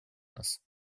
нас